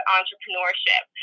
entrepreneurship